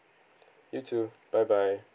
you too bye bye